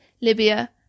Libya